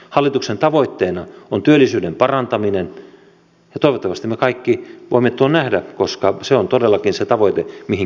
hallituksen tavoitteena on työllisyyden parantaminen ja toivottavasti me kaikki voimme tuon nähdä koska se on todellakin se tavoite mihinkä pyritään